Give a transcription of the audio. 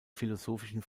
philosophischen